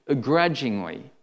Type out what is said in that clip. grudgingly